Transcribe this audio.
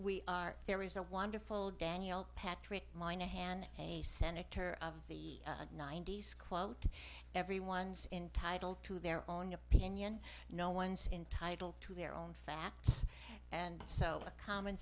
we are there is a wonderful daniel patrick moynihan a senator of the ninety's quote everyone's entitled to their own opinion no one's entitle to their own facts and so a common